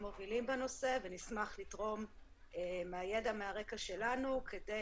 מובילים בנושא ונשמח לתרום מהידע ומהרקע שלנו כדי